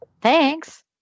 Thanks